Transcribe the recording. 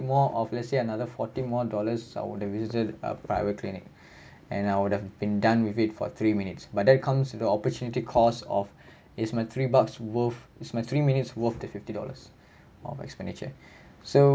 more of let's say another fourteen more dollars I would have visited ah private clinic and I would have been done with it for three minutes but that comes with the opportunity cost of is my three bucks worth is my three minutes worth that fifty dollars of expenditure so